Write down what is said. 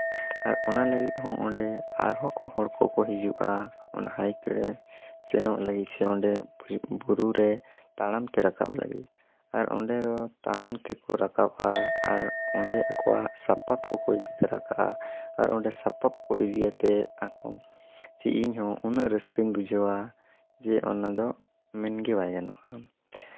ᱟᱨ ᱚᱱᱟ ᱞᱟᱹᱜᱤᱫ ᱦᱚᱸ ᱚᱸᱰᱮ ᱟᱨ ᱦᱚᱸ ᱠᱚ ᱦᱚᱲ ᱠᱚᱠᱚ ᱦᱤᱡᱩᱜᱼᱟ ᱚᱱᱟ ᱦᱟᱭᱤᱠ ᱨᱮ ᱥᱮᱱᱚᱜ ᱞᱟᱹᱜᱤᱫ ᱪᱮ ᱚᱸᱰᱮ ᱵᱩᱨᱩ ᱨᱮ ᱛᱟᱲᱟᱢ ᱛᱮ ᱨᱟᱠᱟᱵ ᱞᱟᱹᱜᱤᱫ ᱟᱨ ᱚᱸᱰᱮ ᱫᱚ ᱛᱟᱲᱟᱢ ᱛᱮᱠᱚ ᱨᱟᱠᱟᱵᱼᱟ ᱟᱨ ᱚᱸᱰᱮ ᱟᱠᱚᱣᱟᱜ ᱥᱟᱯᱟᱯ ᱠᱚᱠᱚ ᱤᱫᱤ ᱛᱟᱨᱟ ᱠᱟᱜᱼᱟ ᱟᱨ ᱚᱸᱰᱮ ᱥᱟᱯᱟᱯ ᱠᱚ ᱤᱫᱤ ᱠᱟᱛᱮ ᱪᱮ ᱤᱧ ᱦᱚᱸ ᱩᱱᱟᱹᱜ ᱨᱟᱹᱥᱠᱟᱹᱧ ᱵᱩᱡᱷᱟᱣᱟ ᱡᱮ ᱚᱱᱟ ᱫᱚ ᱢᱮᱱ ᱜᱮ ᱵᱟᱭ ᱜᱟᱱᱚᱜᱼᱟ